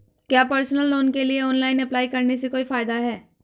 क्या personal loan के लिए ऑनलाइन अप्लाई करने से कोई फायदा है?